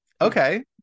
Okay